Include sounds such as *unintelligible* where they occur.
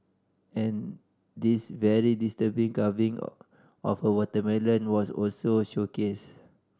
and this very disturbing carving *unintelligible* of a watermelon was also showcased